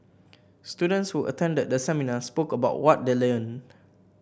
students who attended the seminar spoke about what they learned